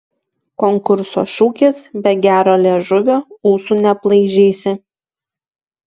konkurso šūkis be gero liežuvio ūsų neaplaižysi